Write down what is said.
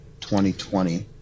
2020